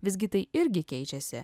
visgi tai irgi keičiasi